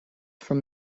from